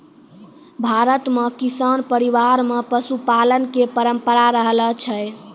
भारत मॅ किसान परिवार मॅ पशुपालन के परंपरा रहलो छै